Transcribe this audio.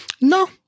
No